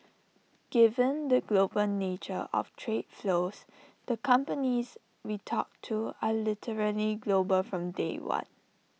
given the global nature of trade flows the companies we talk to are literally global from day one